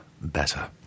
Better